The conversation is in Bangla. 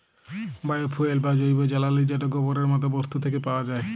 বায়ো ফুয়েল বা জৈব জ্বালালী যেট গোবরের মত বস্তু থ্যাকে পাউয়া যায়